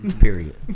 Period